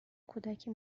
کودکی